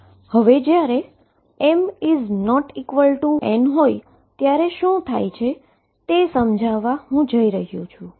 હવે જ્યારે m n હોય ત્યારે શું થાય તે સમજાવવા જઇ રહ્યો છું